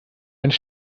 einen